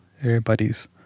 Everybody's